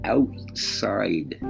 Outside